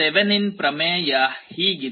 Thevenin ಪ್ರಮೇಯ ಹೀಗಿದೆ